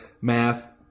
math